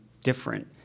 different